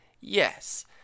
Yes